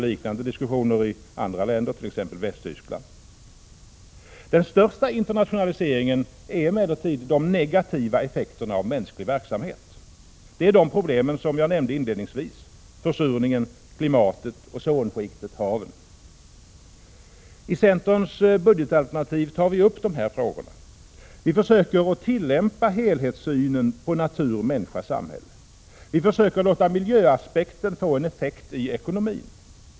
Liknande diskussioner pågår i andra länder, t.ex. Västtyskland. Den största internationaliseringen är emellertid de negativa effekterna av mänsklig verksamhet. Det är de problem som jag nämnde inledningsvis; försurningen, klimatet, ozonskiktet, haven. I centerns budgetalternativ tar vi upp dessa frågor. Vi försöker att tillämpa helhetssynen på natur, människa och samhälle. Vi försöker låta miljöaspekten få en effekt i ekonomin.